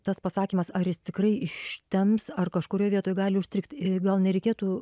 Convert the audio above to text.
tas pasakymas ar jis tikrai ištemps ar kažkurioj vietoj gali užstrigt gal nereikėtų